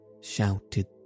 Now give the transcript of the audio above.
shouted